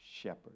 shepherd